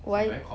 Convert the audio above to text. why